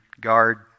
guard